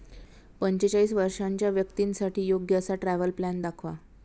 पंचेचाळीस वर्षांच्या व्यक्तींसाठी योग्य असा ट्रॅव्हल प्लॅन दाखवा